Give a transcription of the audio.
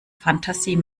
fantasie